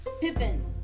Pippin